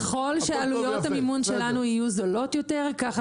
ככל שעלויות המימון שלנו יהיו זולות יותר ככה